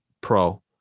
pro